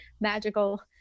magical